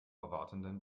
erwartenden